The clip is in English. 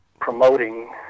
promoting